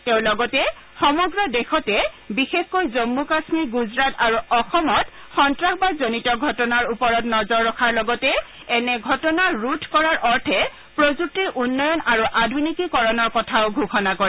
তেওঁ লগতে সমগ্ৰ দেশতে বিশেষকৈ জম্মু কাশ্মীৰ গুজৰাট আৰু অসমত সন্তাসবাদজনিত ঘটনাৰ ওপৰত নজৰ ৰখাৰ লগতে এনে ঘটনা ৰোধ কৰাৰ অৰ্থে প্ৰযুক্তিৰ উন্নয়ন আৰু আধুনিকীকৰণৰ কথাও ঘোষণা কৰে